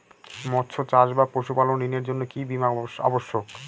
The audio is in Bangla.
মৎস্য চাষ বা পশুপালন ঋণের জন্য কি বীমা অবশ্যক?